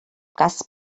cas